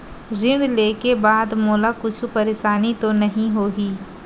ऋण लेके बाद मोला कुछु परेशानी तो नहीं होही?